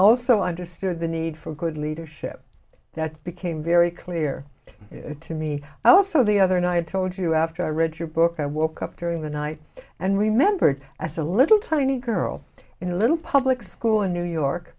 also understood the need for good leadership that became very clear to me also the other night i told you after i read your book i woke up during the night and remembered as a little tiny girl in a little public school in new york